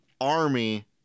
army